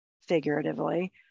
figuratively